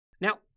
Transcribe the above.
Now